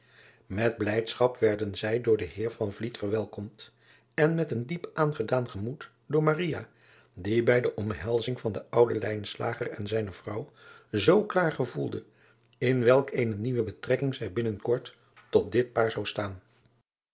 et blijdschap werden zij door den eer verwelkomd en met een diep aangedaan gemoed door die bij de omhelzing van den ouden en zijne vrouw zoo klaar gevoelde in welk eene nieuwe betrekking zij binnen kort tot dit paar zou staan